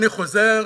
אני חוזר